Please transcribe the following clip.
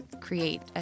create